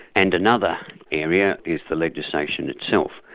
and another area is the legislation itself,